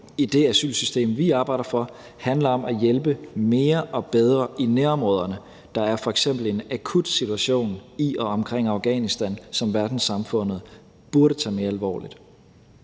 i det asylsystem, vi arbejder for, handler om at hjælpe mere og bedre i nærområderne. Der er f.eks. en akut situation i og omkring Afghanistan, som verdenssamfundet burde tage mere alvorligt.